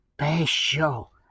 special